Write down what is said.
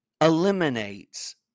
eliminates